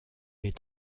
est